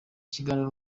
kiganiro